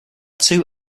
two